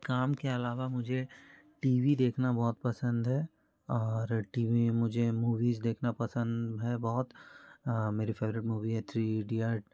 काम के आलावा मुझे टी वी देखना बहुत पसंद है और टी वी में मुझे मूवीज़ देखना पसंद है बहुत मेरी फेवरेट मूवी है थ्री इडियट